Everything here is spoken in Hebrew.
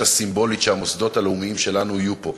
הסימבולית בזה שהמוסדות הלאומיים שלנו יהיו פה,